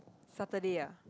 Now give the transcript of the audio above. Saturday ah